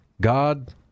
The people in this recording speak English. God